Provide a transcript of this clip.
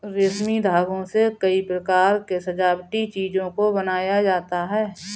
रेशमी धागों से कई प्रकार के सजावटी चीजों को बनाया जाता है